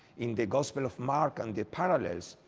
in the gospel of mark and the parallels.